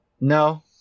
No